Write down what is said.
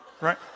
right